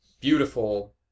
beautiful